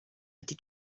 ydy